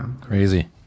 Crazy